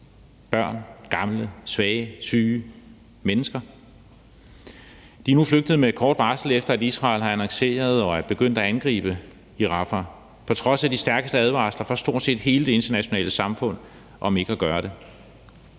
Børn, gamle, svage, syge mennesker er nu flygtet med kort varsel, efter at Israel har annonceret angreb og er begyndt at angribe i Rafah på trods af de stærkeste advarsler fra stort set hele det internationale samfund om ikke at gøre det.